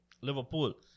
Liverpool